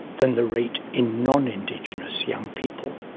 than the rate in non-indigenous young people.